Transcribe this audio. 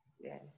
yes